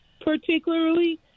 particularly